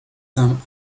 some